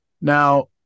now